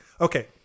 Okay